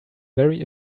very